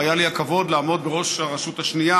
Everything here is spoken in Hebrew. והיה לי הכבוד לעמוד אז בראש הרשות השנייה,